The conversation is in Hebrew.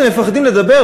אתם מפחדים לדבר?